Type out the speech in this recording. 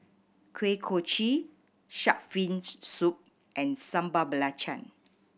Kuih Kochi Shark's Fin Soup and Sambal Belacan